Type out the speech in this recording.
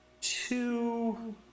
two